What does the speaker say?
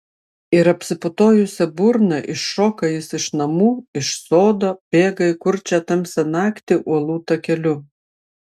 ir apsiputojusia burna iššoka jis iš namų iš sodo bėga į kurčią tamsią naktį uolų takeliu